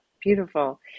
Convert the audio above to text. Beautiful